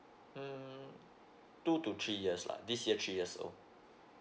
mm two to three years lah this year three years old